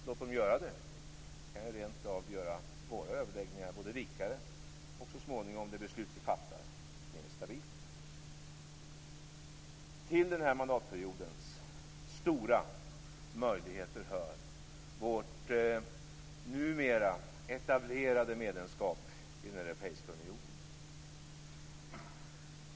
Låt dem göra det. Det kan ju rent av både göra våra överläggningar rikare och det beslut som vi fattar så småningom mer stabilt. Till den här mandatperiodens stora möjligheter hör vårt numera etablerade medlemskap i den europeiska unionen.